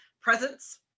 presence